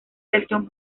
elección